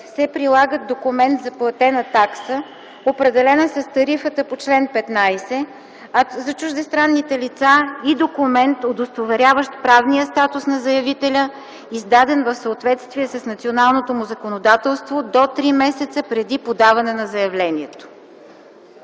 се прилага документ за платена такса, определена с тарифата по чл. 15, а за чуждестранните лица – и документ, удостоверяващ правния статус на заявителя, издаден в съответствие с националното му законодателство до три месеца преди подаване на заявлението.”